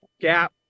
gap